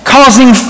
causing